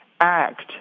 act